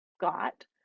got